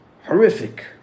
horrific